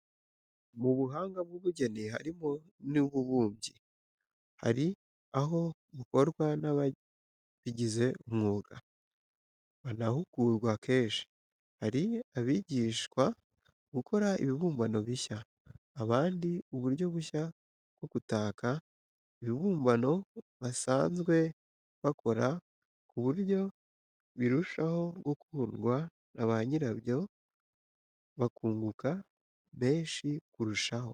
Mu buhanga bw' ubugeni harimo n' ububumbyi; hari aho bukorwa n' ababigize umwuga, banahugurwa kenshi, hari abigishwa gukora ibibumbano bishya, abandi uburyo bushya bwo gutaka, ibibumbano basanzwe bakora ku buryo birushaho gukundwa na ba nyirabyo bakunguka menshi kurushaho.